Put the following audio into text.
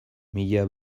mila